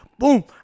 Boom